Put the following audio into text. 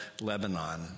Lebanon